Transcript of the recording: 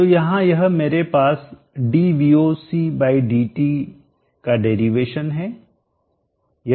तो यहां यह मेरे पास dVOCdT का डेरिवेशन व्युत्पत्ति है